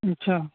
अच्छा